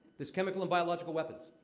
these chemical and biological weapons.